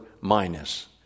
minus